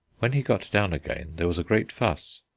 when he got down again there was a great fuss.